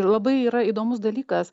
labai yra įdomus dalykas